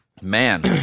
man